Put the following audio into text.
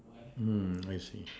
I see